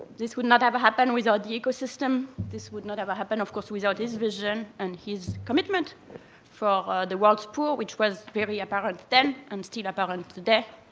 this would not have happened without the ecosystem. this would not have happened, of course, without his vision and his commitment for the world's poor, which was very apparent then and still apparent today.